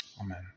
Amen